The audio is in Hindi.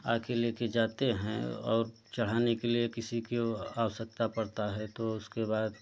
आकर लेकर जाते हैं और चढ़ाने के लिए किसी को आवश्यकता पड़ता है तो उसके बाद